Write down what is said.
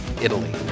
Italy